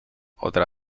otra